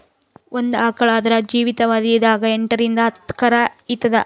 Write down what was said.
ಒಂದ್ ಆಕಳ್ ಆದ್ರ ಜೀವಿತಾವಧಿ ದಾಗ್ ಎಂಟರಿಂದ್ ಹತ್ತ್ ಕರಾ ಈತದ್